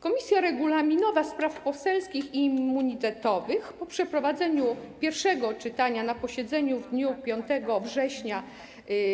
Komisja Regulaminowa, Spraw Poselskich i Immunitetowych po przeprowadzeniu pierwszego czytania na posiedzeniu w dniu 5 września